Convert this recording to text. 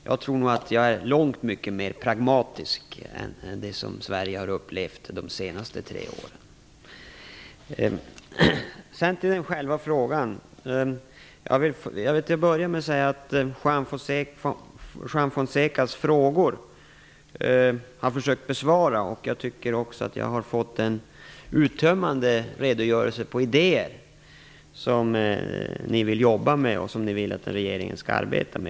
Jag tror att jag är långt mer pragmatisk än vad som har varit fallet med den gamla regeringen i Sverige under de senaste tre åren. Jag har här fått en uttömmande redogörelse för idéer som ni vill att regeringen skall arbeta med.